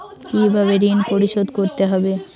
কিভাবে ঋণ পরিশোধ করতে হবে?